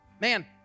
Man